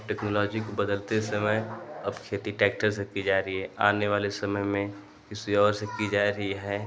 अब टेक्नोलॉजी को बदलते समय अब खेती ट्रैक्टर से की जा रही है आने वाले समय में किसी और से की जा रही है